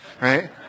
right